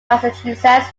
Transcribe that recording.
massachusetts